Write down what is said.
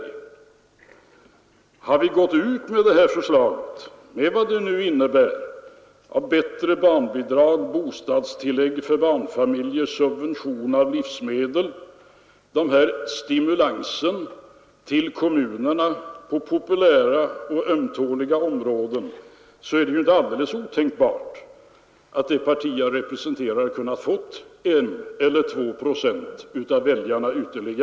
Och om vi hade gått ut med detta förslag, med vad det nu innebär av bättre barnbidrag, bostadstillägg för barnfamiljer, subvention av livsmedel och stimulanser till kommunerna på populära och ömtåliga områden, så är det ju inte alldeles otänkbart att det parti jag representerar hade fått ytterligare 1 eller 2 procent av väljarna.